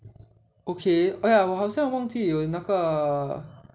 okay !aiya! 我好像忘记有那个